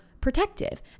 protective